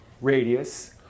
radius